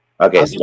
Okay